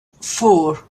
four